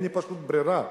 אין לי פשוט ברירה.